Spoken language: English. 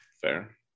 Fair